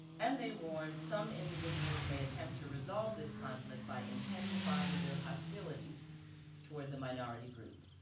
and they warn some individuals may attempt to resolve this conflict by intensifying their hostility toward the minority group.